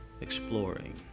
exploring